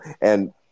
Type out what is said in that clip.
And-